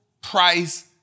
price